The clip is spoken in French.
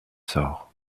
sort